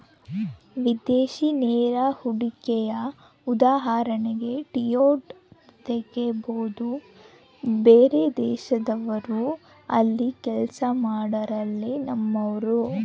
ವಿದೇಶಿ ನೇರ ಹೂಡಿಕೆಯ ಉದಾಹರಣೆಗೆ ಟೊಯೋಟಾ ತೆಗಬೊದು, ಬೇರೆದೇಶದವ್ರು ಅಲ್ಲಿ ಕೆಲ್ಸ ಮಾಡೊರೆಲ್ಲ ನಮ್ಮರೇ